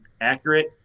accurate